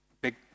big